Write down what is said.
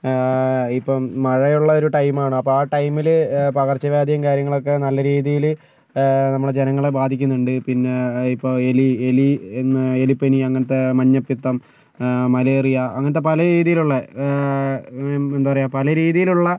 ഇപ്പോൾ മഴയുള്ള ഒരു ടൈമാണ് അപ്പോൾ ആ ടൈമില് പകർച്ച വ്യാധികൾ കാര്യങ്ങളൊക്കെ നല്ല രീതിയില് നമ്മളുടെ ജനങ്ങളെ ബാധിക്കുന്നുണ്ട് പിന്നെ ഇപ്പോൾ എലി എലി എന്ന് എലി പനി അങ്ങനത്ത മഞ്ഞപ്പിത്തം മലേറിയ അങ്ങനത്തെ പല രീതിയിലുള്ള എന്താ പറയുക പല രീതിയിലുള്ള